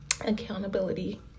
accountability